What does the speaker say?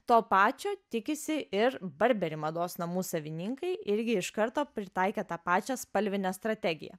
to pačio tikisi iš burberry mados namų savininkai irgi iš karto pritaikė tą pačią spalvinę strategiją